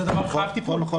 זה מחייב טיפול.